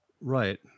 Right